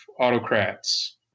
autocrats